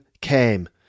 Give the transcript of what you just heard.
came